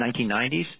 1990s